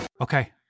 Okay